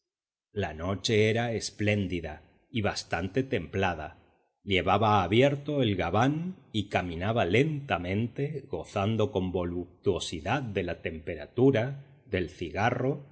la noche era espléndida y bastante templada llevaba abierto el gabán y caminaba lentamente gozando con voluptuosidad de la temperatura del cigarro